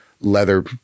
leather